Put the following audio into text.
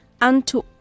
unto